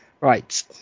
Right